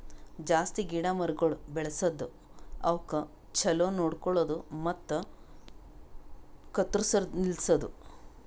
ಜಾಸ್ತಿ ಗಿಡ ಮರಗೊಳ್ ಬೆಳಸದ್, ಅವುಕ್ ಛಲೋ ನೋಡ್ಕೊಳದು ಮತ್ತ ಕತ್ತುರ್ಸದ್ ನಿಲ್ಸದು